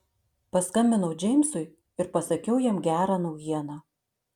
paskambinau džeimsui ir pasakiau jam gerą naujieną